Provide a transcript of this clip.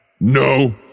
No